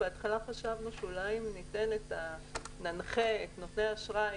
בהתחלה חשבנו שאולי אם ננחה את נותני האשראי